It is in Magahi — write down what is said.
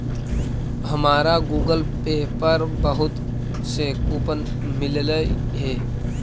हमारा गूगल पे पर बहुत से कूपन मिललई हे